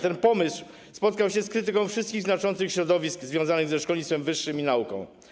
Ten pomysł spotkał się z krytyką wszystkich znaczących środowisk związanych ze szkolnictwem wyższym i nauką.